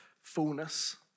fullness